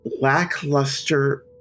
lackluster